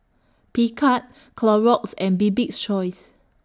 Picard Clorox and Bibik's Choice